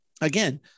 again